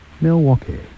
Milwaukee